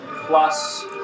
plus